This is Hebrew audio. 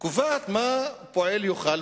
קובעים מה פועל יאכל,